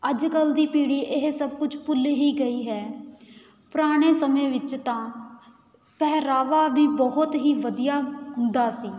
ਅੱਜ ਕੱਲ੍ਹ ਦੀ ਪੀੜ੍ਹੀ ਇਹ ਸਭ ਕੁਛ ਭੁੱਲ ਹੀ ਗਈ ਹੈ ਪੁਰਾਣੇ ਸਮੇਂ ਵਿੱਚ ਤਾਂ ਪਹਿਰਾਵਾ ਵੀ ਬਹੁਤ ਹੀ ਵਧੀਆ ਹੁੰਦਾ ਸੀ